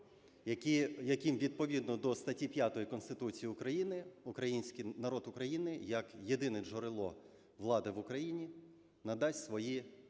яким відповідно до статті 5 Конституції України український, народ України як єдине джерело влади в Україні надасть свої